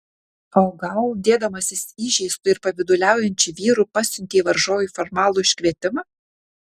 o gal dėdamasis įžeistu ir pavyduliaujančiu vyru pasiuntė varžovui formalų iškvietimą